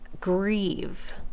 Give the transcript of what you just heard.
grieve